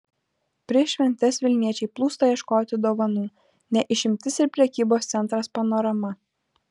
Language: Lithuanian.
prieš šventes vilniečiai plūsta ieškoti dovanų ne išimtis ir prekybos centras panorama